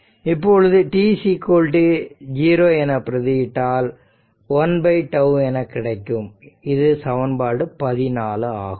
இப்பொழுது t0 என பிரதி இட்டால் 1τ என கிடைக்கும் இது சமன்பாடு 14 ஆகும்